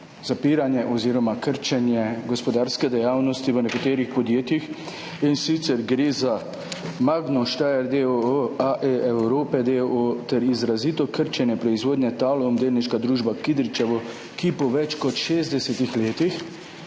zapiranje oziroma krčenje gospodarske dejavnosti v nekaterih podjetjih, in sicer gre za Magno Steyr, d. o. o., A&E Europe, d. o. o., ter izrazito krčenje proizvodnje Talum, d. d., Kidričevo, ki po več kot 60 letih